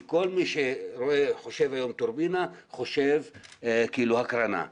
כל מי שחושב היום טורבינה, חושב על הקרנה.